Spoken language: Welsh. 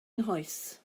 nghoes